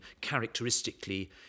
characteristically